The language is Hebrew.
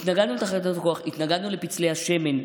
התנגדנו לתחנות הכוח, התנגדנו לפצלי השמן.